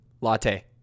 latte